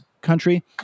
country